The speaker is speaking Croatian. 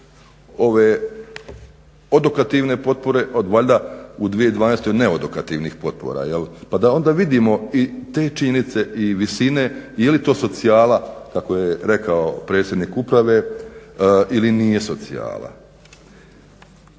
ove odokativne potpore od valjda u 2012. Ne od okativnih potpora jel, pa da onda vidimo i te činjenice i visine je li to socijala kako je rekao predsjednik uprave ili nije socijala.